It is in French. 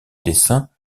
dessins